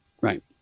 Right